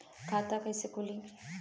खाता कइसे खुली?